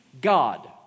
God